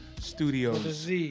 studios